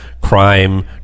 crime